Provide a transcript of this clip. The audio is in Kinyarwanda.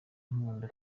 nkunda